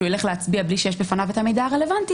יילך להצביע בלי שיש בפניו את המידע הרלבנטי,